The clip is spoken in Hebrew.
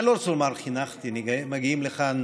אני לא רוצה לומר שחינכתי, מגיעים לכאן